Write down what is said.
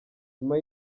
nyuma